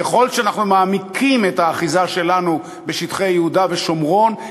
ככל שאנחנו מעמיקים את האחיזה שלנו בשטחי יהודה ושומרון,